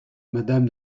mme